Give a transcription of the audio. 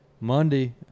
Monday